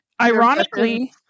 ironically